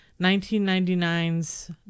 1999's